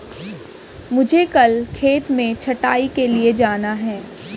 मुझे कल खेत में छटाई के लिए जाना है